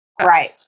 right